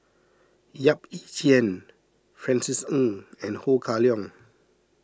Yap Ee Chian Francis Ng and Ho Kah Leong